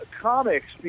comics